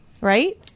right